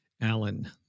Alan